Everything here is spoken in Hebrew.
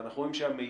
ואנחנו רואים שהמידע,